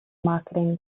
marketing